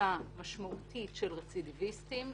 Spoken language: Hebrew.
קבוצה משמעותית של רצידיביסטים,